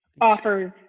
offers